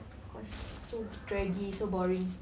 cause so draggy so boring